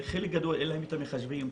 לחלק גדול אין את המחשבים,